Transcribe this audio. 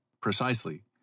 Precisely